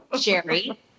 Sherry